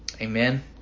Amen